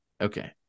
Okay